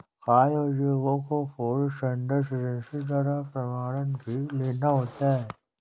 खाद्य उद्योगों को फूड स्टैंडर्ड एजेंसी द्वारा प्रमाणन भी लेना होता है